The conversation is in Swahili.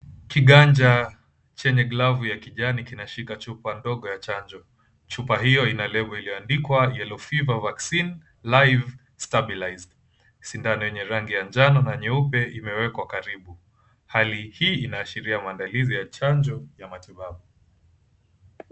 Kiganja chenye glavu ya kijani kinashika chupa ndogo ya chanjo. Chupa hiyo ina lebo iliyoandikwa Yellow Fever Vaccine (Live) Stabilised. Sindano yenye rangi ya njano na nyeupe imewekwa karibu; hali hii inaashiria maandalizi ya chanjo ya matibabu.